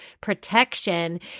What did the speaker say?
protection